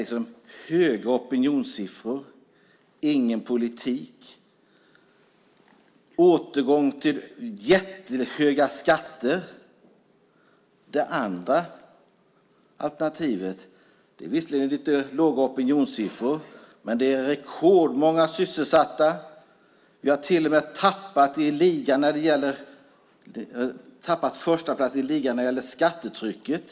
Det ena är höga opinionssiffror, ingen politik och återgång till höga skatter. Det andra alternativet är visserligen lite låga opinionssiffror, men det är rekordmånga sysselsatta. Vi har till och med tappat förstaplatsen i ligan när det gäller skattetrycket.